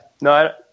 no